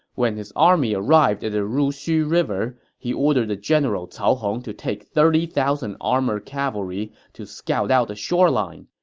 when his army arrived at the ruxu river, he ordered the general cao hong to take thirty thousand armored cavalry to scout out the shoreline.